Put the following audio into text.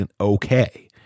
okay